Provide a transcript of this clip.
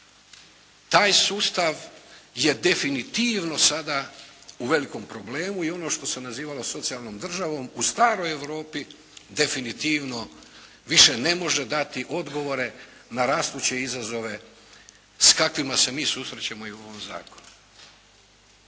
taj sustav je definitivno sada u velikom problemu. I ono što se nazivalo socijalnom državom u staroj Europi definitivno više ne može dati odgovore na rastuće izazove s kakvima se mi susrećemo i u ovom zakonu.